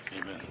Amen